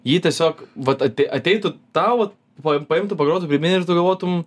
jį tiesiog vat atei ateitų tau vat pa paimtų pagrotų birbyne ir tu galvotum